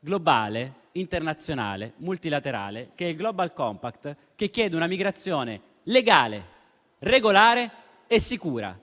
globale internazionale multilaterale, il *global compact*, che chiede una migrazione legale, regolare e sicura.